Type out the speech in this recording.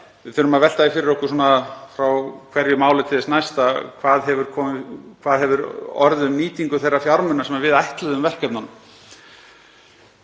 Við þurfum að velta því fyrir okkur frá hverju máli til þess næsta hvað hefur orðið um nýtingu þeirra fjármuna sem við ætluðum verkefnunum.